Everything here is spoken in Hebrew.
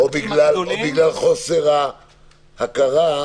--- או בגלל חוסר ההכרה?